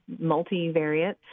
multivariate